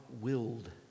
willed